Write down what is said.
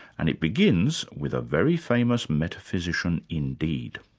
and it begins with a very famous metaphysician indeed.